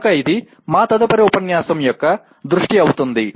కనుక ఇది మా తదుపరి ఉపన్యాసం యొక్క దృష్టి అవుతుంది